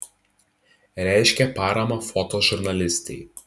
reiškė paramą fotožurnalistei